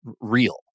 real